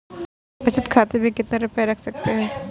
बचत खाते में कितना रुपया रख सकते हैं?